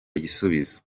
igisubizo